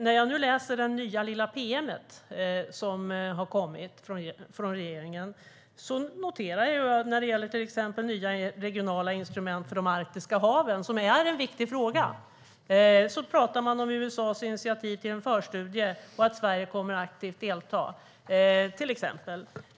När jag nu läser den nya lilla promemorian som har kommit från regeringen noterar jag att när det gäller till exempel nya regionala instrument för de arktiska haven, som är en viktig fråga, talar man om USA:s initiativ till en förstudie och att Sverige kommer att delta aktivt.